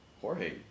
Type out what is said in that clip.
Jorge